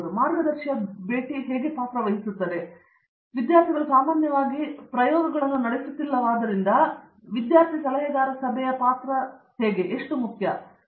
ನೀವು ತಿಳಿದಿರುವ ಗಣಿತಶಾಸ್ತ್ರದಲ್ಲಿ ಬಹಳಷ್ಟು ಚಿಂತನೆಯ ಪ್ರಕ್ರಿಯೆಗಳು ಒಳಗೊಂಡಿವೆ ಇದು ನಿಮಗೆ ಅನೇಕ ವಿಧಾನಗಳಲ್ಲಿ ತುಂಬಾ ಆಂತರಿಕ ವಿಷಯವಾಗಿದೆ ನಾವು ಸಾಮಾನ್ಯವಾಗಿ ಪ್ರಯೋಗಗಳನ್ನು ನಡೆಸುತ್ತಿಲ್ಲವಾದ್ದರಿಂದ ವಿದ್ಯಾರ್ಥಿ ಸಲಹೆಗಾರ ಸಭೆಯ ಈ ಪಾತ್ರವನ್ನು ನೀವು ಎಷ್ಟು ಮುಖ್ಯವಾಗಿ ನೋಡುತ್ತೀರಿ